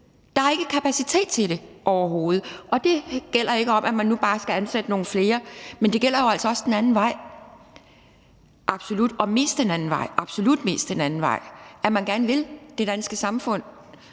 Der er ikke kapacitet til det overhovedet. Det gælder ikke om, at man nu bare skal ansætte nogle flere, men det gælder jo altså også den anden vej, absolut, og absolut mest den anden vej: at man gerne vil det danske samfund,